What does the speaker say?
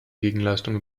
gegenleistung